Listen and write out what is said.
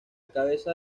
cabeza